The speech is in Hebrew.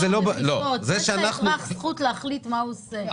יש לאזרח זכות להחליט מה הוא עושה.